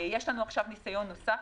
יש לנו עכשיו ניסיון נוסף,